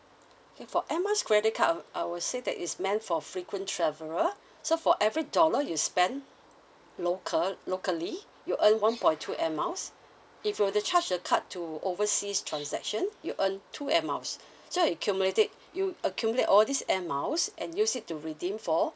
K for air miles credit card I I would say that is meant for frequent traveller so for every dollar you spend local locally you earn one point two air miles if you were to charge the card to overseas transaction you earn two air miles so you accumulate it you accumulate all these air miles and use it to redeem for